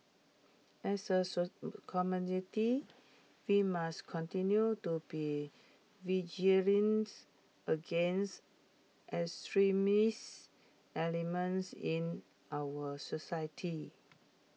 as A community we must continue to be vigilance against extremist elements in our society